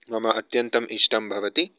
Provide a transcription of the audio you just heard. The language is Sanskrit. मम अत्यन्तम् इष्टं भवति